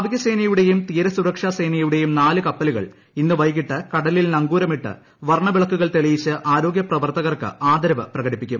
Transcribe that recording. നാവികസേനയുടെയും തീരസുരക്ഷാ സേനയുടേയും നാല് കപ്പലുകൾ ഇന്ന് കൈകിട്ട് കടലിൽ നങ്കൂരമിട്ട് വർണ്ണവിളക്കുകൾ തെളിയിച്ച് ആരോഗ്യ പ്രവർത്തകർക്ക് ആദരവു പ്രകടിപ്പിക്കും